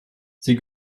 sie